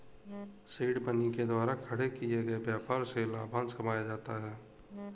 seed money के द्वारा खड़े किए गए व्यापार से लाभांश कमाया जाता है